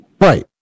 right